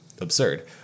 absurd